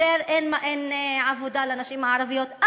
יותר אין עבודה לנשים הערביות.